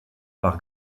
par